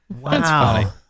Wow